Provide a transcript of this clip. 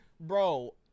Bro